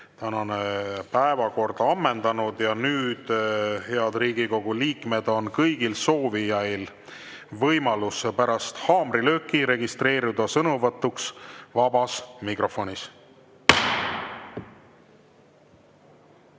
Tänane päevakord on ammendunud. Nüüd, head Riigikogu liikmed, on kõigil soovijail võimalus pärast haamrilööki registreeruda sõnavõtuks vabas mikrofonis.